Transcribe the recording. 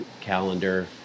calendar